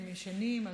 הם ישנים,